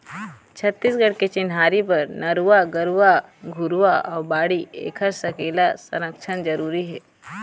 छत्तीसगढ़ के चिन्हारी बर नरूवा, गरूवा, घुरूवा अउ बाड़ी ऐखर सकेला, संरक्छन जरुरी हे